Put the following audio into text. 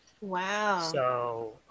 Wow